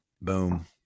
Boom